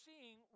seeing